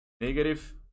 negative